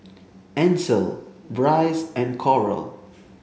Ansel Brice and Coral